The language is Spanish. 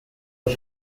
los